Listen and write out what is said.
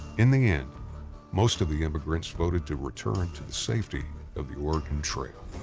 in the end most of the emigrants voted to return to the safety of the oregon trail.